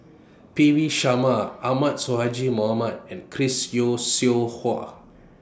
P V Sharma Ahmad Sonhadji Mohamad and Chris Yeo Siew Hua